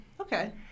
Okay